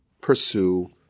pursue